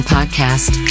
Podcast